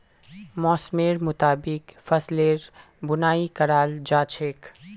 मौसमेर मुताबिक फसलेर बुनाई कराल जा छेक